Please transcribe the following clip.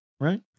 right